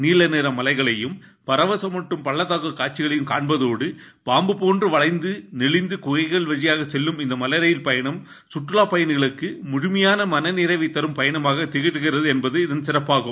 நீல நிற மலைகளையும் பரவசமூட்டும் பள்ளத்தாக்கு காட்சிகளையும் காண்பதோடு பாம்பு போன்று வளைந்து நெளிந்து குகைகள் வழியாக செல்லும் இந்த மலை ரயில் பயணம் சுற்றுவாப் பயணிகளுக்கு முழுமையான மன நிறைவை தரும் பயணமாக திகழ்கிறது என்பது இதன் சிறப்பாகும்